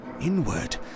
Inward